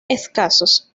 escasos